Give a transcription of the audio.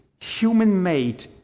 human-made